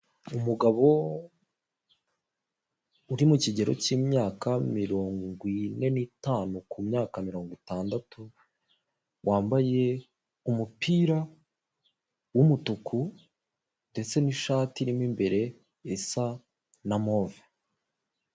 Umugabo uri mu kigero k'imyaka mirongo ine n'itanu ku myaka mirongo itandatu wambaye umupira w'umutuku ndetse n'ishati irimo imbere isa na move.